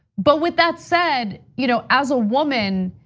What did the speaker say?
but with that said, you know as a woman,